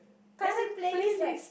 current playlist